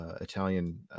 Italian